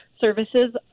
services